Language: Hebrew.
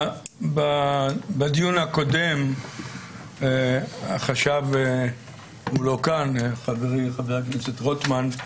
בדיון הקודם חשב חברי חבר הכנסת רוטמן,